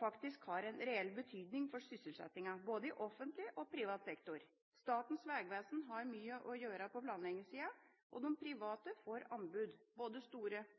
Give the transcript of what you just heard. faktisk har en reell betydning for sysselsettingen, både i offentlig og privat sektor. Statens vegvesen har mye å gjøre på planleggingssida, og de private får anbud – både store